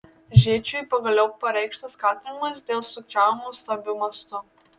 žėčiui pagaliau pareikštas kaltinimas dėl sukčiavimo stambiu mastu